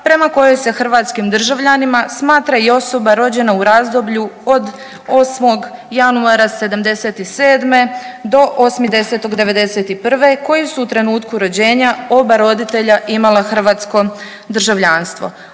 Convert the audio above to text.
prema kojoj se hrvatskim državljanima smatra i osoba rođena u razdoblju od 8. januara '77. do 8.10.'91. koji su u trenutku rođenja oba roditelja imala hrvatsko državljanstvo,